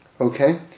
Okay